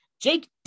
Jake